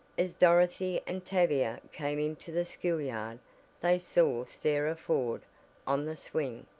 as dorothy and tavia came into the schoolyard they saw sarah ford on the swing,